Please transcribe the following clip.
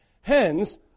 Hence